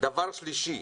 דבר שלישי,